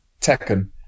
Tekken